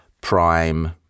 Prime